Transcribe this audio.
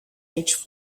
age